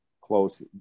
close